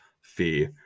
fee